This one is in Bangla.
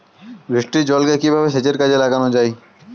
বৃষ্টির জলকে কিভাবে সেচের কাজে লাগানো যায়?